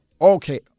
Okay